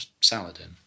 Saladin